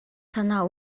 санаа